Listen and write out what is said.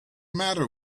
matter